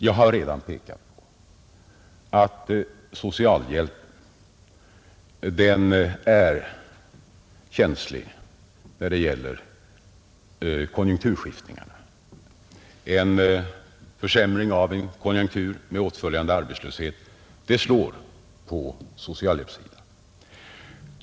Jag har redan pekat på att socialhjälpen är känslig när det gäller konjunkturskiftningarna. En försämring av konjunkturen med åtföljande arbetslöshet slår igenom på socialhjälpssidan.